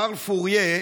שארל פורייה,